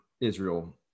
Israel